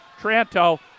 Tranto